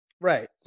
Right